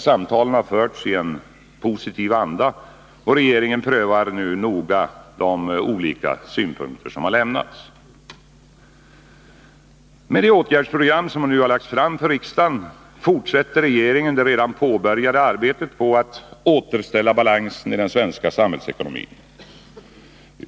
Samtalen har förts i en positiv anda, och regeringen prövar nu noga de olika synpunkter som har lämnats. Med det åtgärdsprogram som nu har lagts fram för riksdagen fortsätter regeringen det redan påbörjade arbetet med att återställa balansen i den svenska samhällsekonomin.